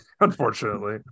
unfortunately